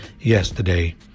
yesterday